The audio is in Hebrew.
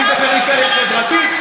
אם פריפריה חברתית,